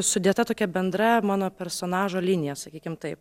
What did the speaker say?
sudėta tokia bendra mano personažo linija sakykim taip